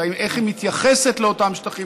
ואיך היא מתייחסת לאותם שטחים.